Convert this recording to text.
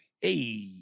Hey